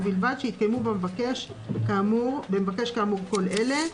ובלבד שיתקיימו במבקש כאמור כל אלה: